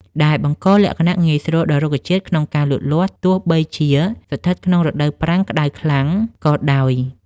ដែលបង្កលក្ខណៈងាយស្រួលដល់រុក្ខជាតិក្នុងការលូតលាស់ទោះបីជាស្ថិតក្នុងរដូវប្រាំងក្ដៅខ្លាំងក៏ដោយ។